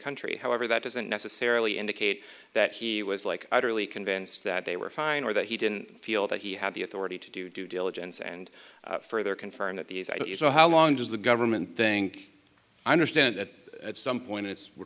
country however that doesn't necessarily indicate that he was like utterly convinced that they were fine or that he didn't feel that he had the authority to do due diligence and further confirm that these are so how long does the government think i understand that at some point it's we're